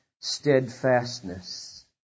steadfastness